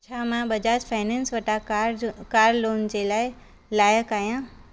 छा मां बजाज फाइनेंस वटां कार जो कार लोन जे लाइ लाइक़ु आहियां